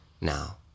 now